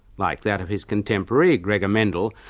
like that of his contemporary gregor mendel,